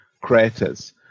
craters